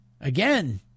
again